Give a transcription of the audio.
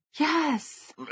Yes